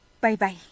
Bye-bye